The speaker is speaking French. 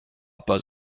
pas